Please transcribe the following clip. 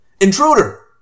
INTRUDER